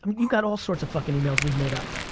you've got all sorts of fucking emails we've made up.